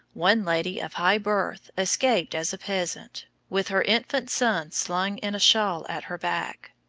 one lady of high birth escaped as a peasant, with her infant son slung in a shawl at her back,